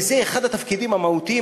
וזה אחד התפקידים המהותיים,